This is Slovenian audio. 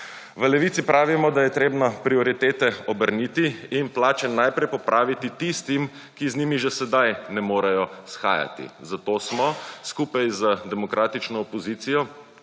V Levici pravimo, da je treba prioritete obrniti in plače najprej popraviti tistim, ki z njimi že sedaj ne morejo shajati, zato smo skupaj z demokratično opozicijo